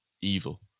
evil